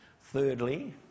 thirdly